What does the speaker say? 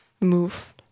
move